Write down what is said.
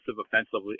offensively